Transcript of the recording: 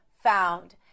found